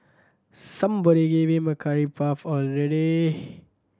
somebody give him a curry puff already